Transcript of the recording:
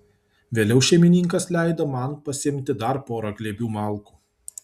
vėliau šeimininkas leido man pasiimti dar porą glėbių malkų